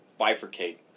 bifurcate